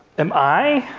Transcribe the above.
am i?